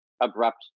abrupt